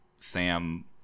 sam